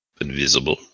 invisible